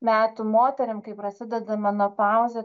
metų moterim kai prasideda menopauzė